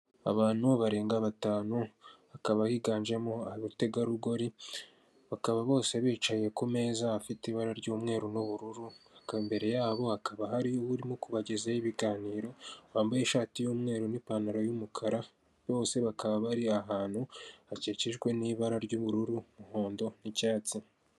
Abantu barenga batanu, hakaba yiganjemo abategarugori. Bakaba bose bicaye ku meza afite ibara ry'umweru n'ubururu. Hakaba imbere yabo hakaba hari urimo kubagezaho ibiganiro, wambaye ishati y'umweru n'pantaro yumukara. Bose bakaba bari ahantu hakikijwe n'ibara ry'ubururu, numuhondo n'icyatsi.